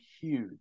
huge